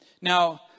Now